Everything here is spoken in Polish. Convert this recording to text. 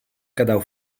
gadał